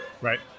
Right